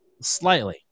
Slightly